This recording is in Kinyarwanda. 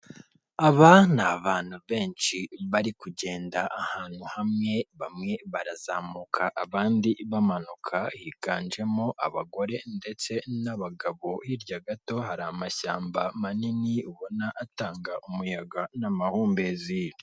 Aba ni abantu benshi bari kugenda ahantu hamwe, bamwe barazamuka abandi bamanuka, higanjemo abagore ndetse n'abagabo, hirya gato hari amashyamba manini ubona atanga umuyaga n'amahumbezi.